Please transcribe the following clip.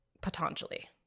patanjali